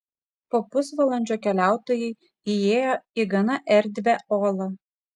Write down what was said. po pusvalandžio keliautojai įėjo į gana erdvią olą